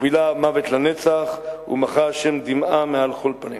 ובילע המוות לנצח ומחה ה' דמעה מעל כל פנים.